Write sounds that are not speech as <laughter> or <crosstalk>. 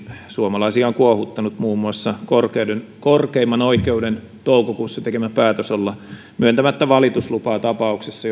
suomalaisia on kuohuttanut muun muassa korkeimman korkeimman oikeuden toukokuussa tekemä päätös olla myöntämättä valituslupaa tapauksessa <unintelligible>